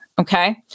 Okay